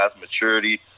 maturity